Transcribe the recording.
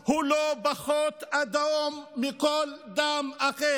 הוא לא פחות אדום מכל דם אחר.